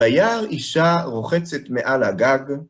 וירא אישה רוחצת מעל הגג.